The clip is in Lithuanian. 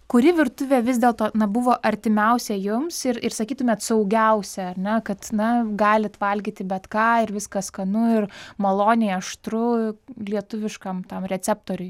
kuri virtuvė vis dėlto na buvo artimiausia jums ir ir sakytumėt saugiausia ar ne kad na galit valgyti bet ką ir viskas skanu ir maloniai aštru lietuviškam tam receptoriui